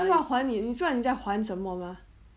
要还你赚人家还什么 mah